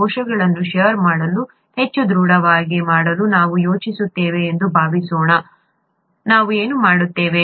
ಕೋಶಗಳನ್ನು ಷೇರ್ ಮಾಡಲು ಹೆಚ್ಚು ದೃಢವಾಗಿ ಮಾಡಲು ನಾವು ಯೋಚಿಸುತ್ತೇವೆ ಎಂದು ಭಾವಿಸೋಣ ನಾವು ಏನು ಮಾಡುತ್ತೇವೆ